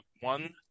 one